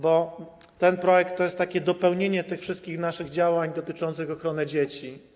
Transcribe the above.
Bo ten projekt to jest takie dopełnienie tych wszystkich naszych działań dotyczących ochrony dzieci.